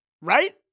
right